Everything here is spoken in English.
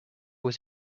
was